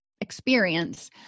experience